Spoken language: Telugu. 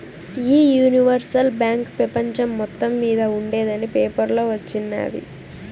ఈ యూనివర్సల్ బాంక్ పెపంచం మొత్తం మింద ఉండేందని పేపర్లో వచిన్నాది